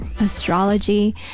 astrology